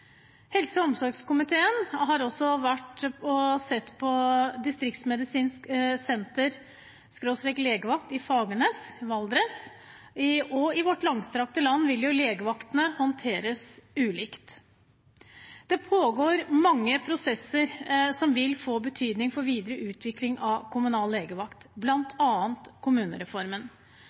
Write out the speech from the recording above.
Helse- og omsorgskomiteen har også vært og sett på distriktsmedisinsk senter/legevakt på Fagernes i Valdres. I vårt langstrakte land vil jo legevaktene håndteres ulikt. Det pågår mange prosesser som vil få betydning for videre utvikling av kommunal legevakt,